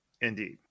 indeed